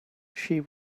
she